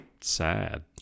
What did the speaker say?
sad